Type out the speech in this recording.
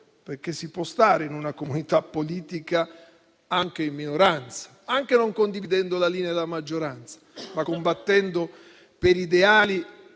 perché si può stare in una comunità politica anche in minoranza, anche senza condividere la linea della maggioranza, ma combattendo per ideali